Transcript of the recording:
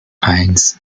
eins